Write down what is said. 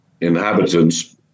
inhabitants